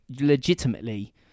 legitimately